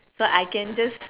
so I can just